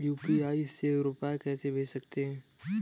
UPI से रुपया कैसे भेज सकते हैं?